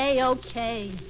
okay